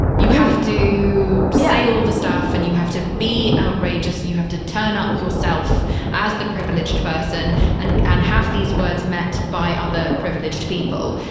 you have to yeah say all the stuff and you have to be outrageous and you have to turn up yourself as the privileged person and, and have these words met by other privileged people.